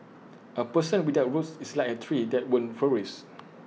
A person without roots is like A tree that won't flourish